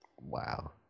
Wow